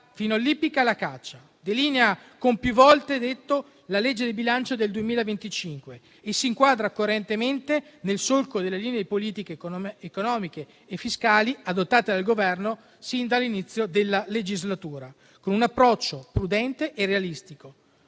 fino all'ippica e alla caccia. Esso delinea - come più volte detto - la legge di bilancio per il 2025 e si inquadra coerentemente nel solco delle linee di politiche economiche e fiscali adottate dal Governo sin dall'inizio della legislatura, con un approccio prudente e realistico,